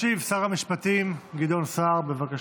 ישיב שר המשפטים גדעון סער, בבקשה.